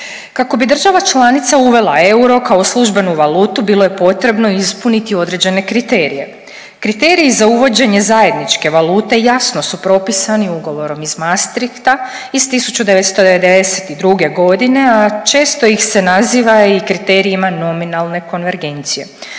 Kako bi država članica uvela euro kao službenu valutu, bilo je potrebno ispuniti određene kriterije. Kriteriji za uvođenje zajedničke valute jasno su propisani Ugovorom iz Maastrichta iz 1992. g., a često ih se naziva i kriterijima nominalne konvergencije.